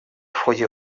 ходе